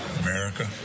America